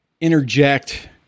interject